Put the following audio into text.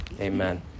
amen